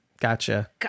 gotcha